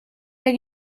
der